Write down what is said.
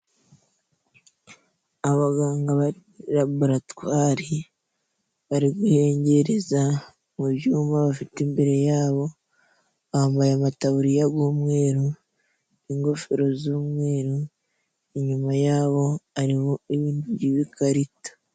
Abaganga ba laboratwari bari guhengereza mu byuma, bafite imbere yabo, bambaye amataburiya y'umweru, ingofero z'umweru, inyuma yabo hari ibintu by'ibikarito.